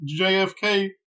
jfk